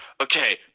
okay